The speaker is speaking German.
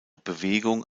bewegung